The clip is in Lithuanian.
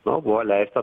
nu buvo leista